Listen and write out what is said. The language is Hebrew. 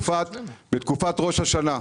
בתקופת ראש השנה.